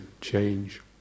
change